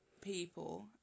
people